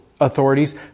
authorities